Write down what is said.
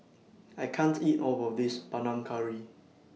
I can't eat All of This Panang Curry